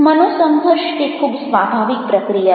મનોસંઘર્ષ તે ખૂબ સ્વાભાવિક પ્રક્રિયા છે